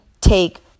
take